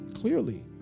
clearly